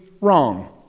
wrong